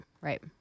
Right